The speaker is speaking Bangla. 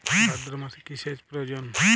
ভাদ্রমাসে কি সেচ প্রয়োজন?